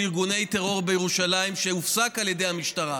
ארגוני טרור בירושלים שהופסק על ידי המשטרה.